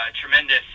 tremendous